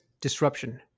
disruption